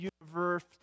universe